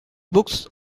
books